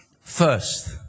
first